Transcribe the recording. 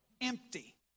Empty